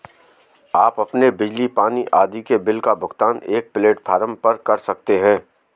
आप अपने बिजली, पानी आदि के बिल का भुगतान एक प्लेटफॉर्म पर कर सकते हैं